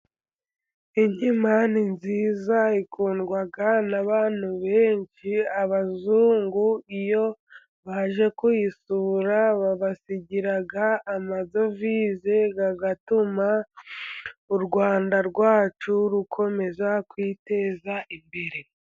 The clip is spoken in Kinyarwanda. Inkima ni nziza ikundwa n'abantu benshi, abazungu iyo baje kuyisura babasigira amadovize, agatuma u Rwanda rwacu rukomeza kwiteza imbere.